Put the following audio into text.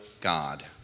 God